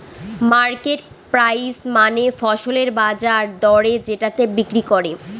market price মানে ফসলের বাজার দরে যেটাতে বিক্রি করে